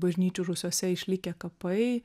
bažnyčių rūsiuose išlikę kapai